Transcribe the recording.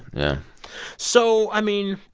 yeah so, i mean,